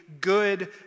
good